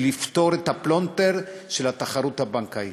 לפתור את הפלונטר של התחרות הבנקאית: